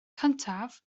cyntaf